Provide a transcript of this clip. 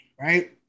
right